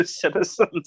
citizens